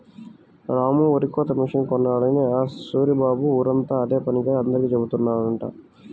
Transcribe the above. రాము వరికోత మిషన్ కొన్నాడని ఆ సూరిబాబు ఊరంతా అదే పనిగా అందరికీ జెబుతున్నాడంట